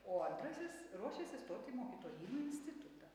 o antrasis ruošėsi stoti į mokytojyno institutą